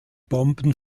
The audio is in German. bomben